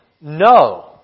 no